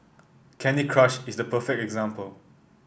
Candy Crush is the perfect example